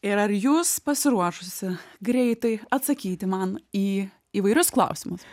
ir ar jūs pasiruošusi greitai atsakyti man į įvairius klausimus